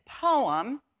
poem